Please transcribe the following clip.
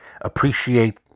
appreciate